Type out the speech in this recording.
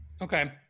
Okay